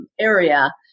area